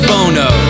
Bono